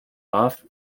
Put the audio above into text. off